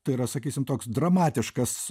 tai yra sakysim toks dramatiškas